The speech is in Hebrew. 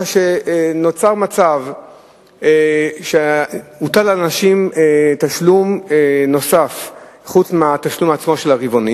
נוצר מצב שהוטל על אנשים תשלום נוסף מלבד התשלום הרבעוני